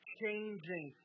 changing